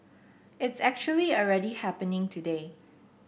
it's actually already happening today